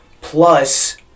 plus